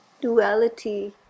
duality